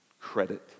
credit